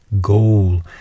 goal